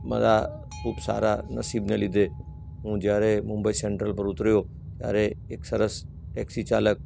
મારા ખૂબ સારા નસીબના લીધે હું જયારે મુંબઈ સેન્ટ્રલ પર ઉતર્યો ત્યારે એક સરસ ટેક્ષી ચાલક